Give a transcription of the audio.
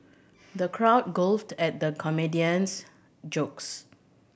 the crowd guffawed at the comedian's jokes